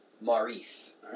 Maurice